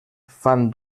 fan